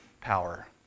power